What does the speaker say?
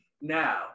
Now